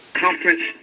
conference